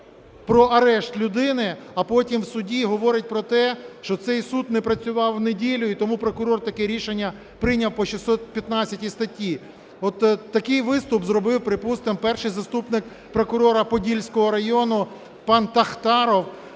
про арешт людини, а потім в суді говорить про те, що цей суд не працював неділю, і тому прокурор таке рішення прийняв по 615 статті. От такий виступ зробив, припустимо, перший заступник прокурора Подільського району пан Тахтаров